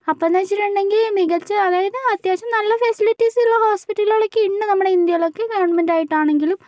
അപ്പോഴെന്ന് വച്ചിട്ടുണ്ടെങ്കിൽ മികച്ച അതായത് അത്യാവശ്യം നല്ല ഫെസിലിറ്റീസൊക്കെ ഉള്ള ഹോസ്പിറ്റലുകളൊക്കെയുണ്ട് നമ്മുടെ ഇന്ത്യയിലൊക്കെ ഗവണ്മെന്റായിട്ടാണെങ്കിലും